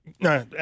No